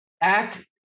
act